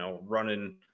running